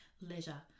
leisure